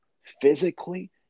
Physically